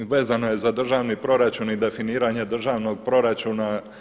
Vezana je za državni proračun i definiranje državnog proračuna.